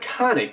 iconic